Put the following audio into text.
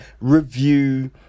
review